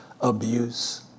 abuse